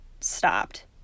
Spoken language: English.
stopped